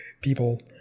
people